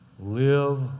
Live